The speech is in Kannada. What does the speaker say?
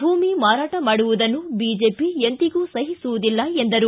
ಭೂಮಿ ಮಾರಾಟ ಮಾಡುವುದನ್ನು ಬಿಜೆಪಿ ಎಂದಿಗೂ ಸಹಿಸುವುದಿಲ್ಲ ಎಂದರು